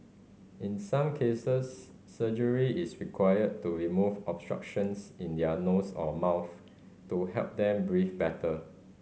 in some cases surgery is required to remove obstructions in their nose or mouth to help them breathe better